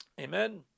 Amen